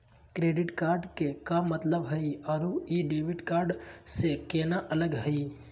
Credit card के का मतलब हई अरू ई डेबिट कार्ड स केना अलग हई?